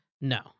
No